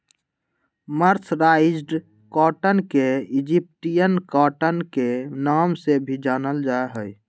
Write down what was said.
mercerised cotton के Egyptian cotton के नाम से भी जानल जा हई